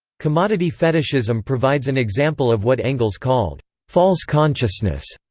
commodity fetishism provides an example of what engels called false consciousness,